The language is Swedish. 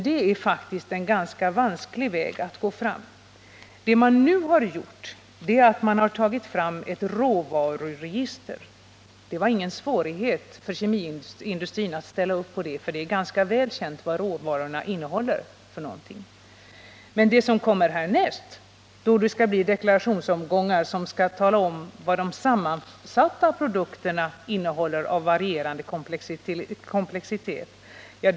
Det är faktiskt en ganska vansklig väg att gå fram. Det man nu har gjort är att man har tagit fram ett råvaruregister. Det var ingen svårighet för kemiindustrin att ställa upp på det, för det är ganska väl känt vad råvarorna innehåller. Men härnäst kommer det att bli deklarationsomgångar, som skall tala om vad de sammansatta produkterna innehåller av varierande komplexitet.